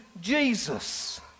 Jesus